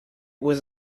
was